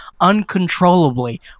uncontrollably